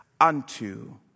unto